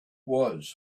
was